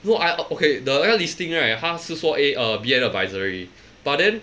so I uh okay the end of this thing right 他是说 A err B N 的 advisory but then